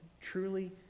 truly